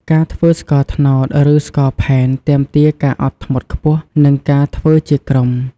ការធ្វើស្ករត្នោត ឬ ស្ករផែនទាមទារការអត់ធ្មត់ខ្ពស់ និងការធ្វើជាក្រុម។